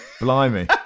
blimey